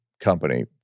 company